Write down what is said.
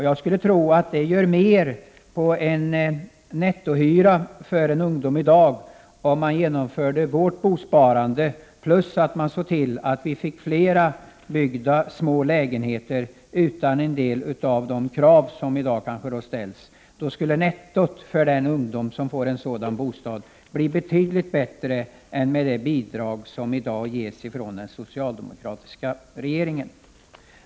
Jag skulle tro att det för ungdomar i dag skulle göra mycket när det gäller nettohyran om man genomförde vårt bosparande och dessutom såg till att det byggdes flera små lägenheter utan en del av de krav som i dag ställs. Då skulle nettot för ungdomar som fick sådana bostäder bli betydligt bättre än med det bidrag som i dag ges från den socialdemokratiska regeringen.